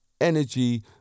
energy